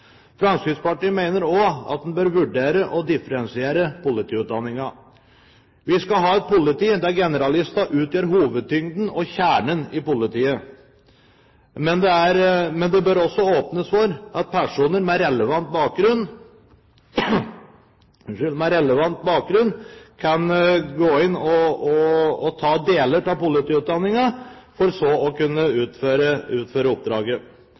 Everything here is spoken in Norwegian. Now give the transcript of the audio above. Fremskrittspartiet mener også at man bør vurdere å differensiere politiutdanningen. Vi skal ha et politi der generalistene utgjør hovedtyngden og kjernen i politiet, men det bør også åpnes for at personer med relevant bakgrunn kan gå inn og ta deler av politiutdanningen, for så å kunne utføre oppdraget